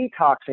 detoxing